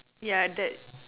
yeah that's